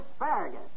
asparagus